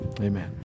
amen